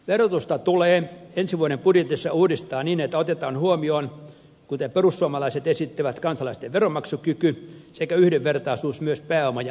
verotusta tulee ensi vuoden budjetissa uudistaa niin että otetaan huomioon kuten perussuomalaiset esittävät kansalaisten veronmaksukyky sekä yhdenvertaisuus myös pääoma ja ansiotuloverotuksen kesken